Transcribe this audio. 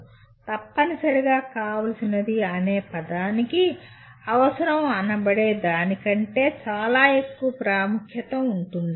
'తప్పనిసరిగా కావాల్సినది' అనే పదానికి 'అవసరం' అనబడే దాని కంటే చాలా ఎక్కువ ప్రాముఖ్యత ఉంటుంది